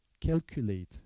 calculate